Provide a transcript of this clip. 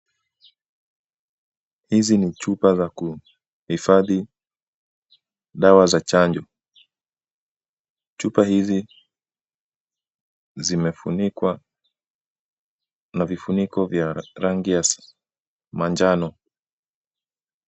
Hizi ni chupa za kuhifadhi dawa za chanjo. Chupa hizi zimefunikwa na vifuniko vya rangi ya manjano.